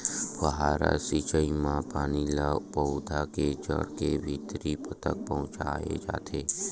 फव्हारा सिचई म पानी ल पउधा के जड़ के भीतरी तक पहुचाए जाथे